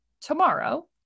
tomorrow